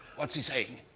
what's he saying?